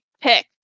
pick